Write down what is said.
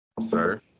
Sir